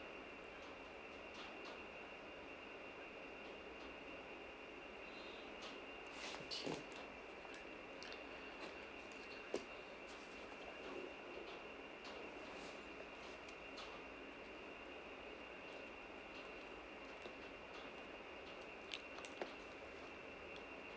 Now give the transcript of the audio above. okay